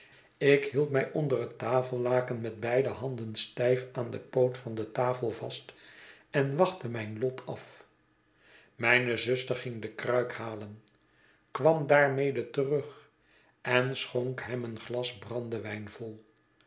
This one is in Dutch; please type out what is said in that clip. ik hield mij onder het tafellaken met beide handen stijf aan den poot van de tafel vast en wachtte mijn lot at mijne zuster ging de kruik halen kwam daarmede terug en schonk hem een glas brandewijn vol